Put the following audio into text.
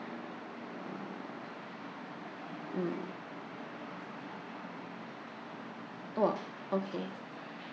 mm !wah! okay